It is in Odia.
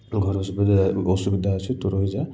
ଘରେ ସୁବିଧା ଅସୁବିଧା ଅଛି ତୁ ରହିଯା